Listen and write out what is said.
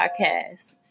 podcast